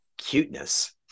cuteness